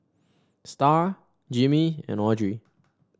Starr Jimmy and Audrey